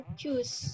choose